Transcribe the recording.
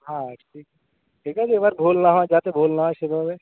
হ্যাঁ ঠিক ঠিক আছে এবার ভুল না হয় যাতে ভুল না হয় সেভাবে